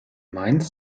mainz